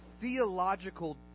theological